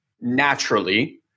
naturally